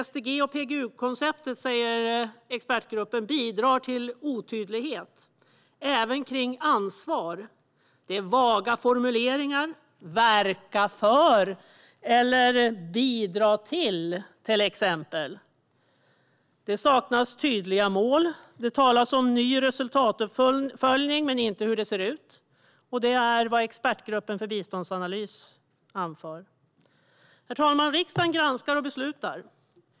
SDG och PGU-konceptet bidrar enligt expertgruppen till otydlighet, även kring ansvar. Det är vaga formuleringar, till exempel "verka för" och "bidra till". Det saknas tydliga mål. Det talas om ny resultatuppföljning men inte hur det ser ut. Detta anför alltså Expertgruppen för biståndsanalys. Herr talman! Riksdagen granskar och beslutar.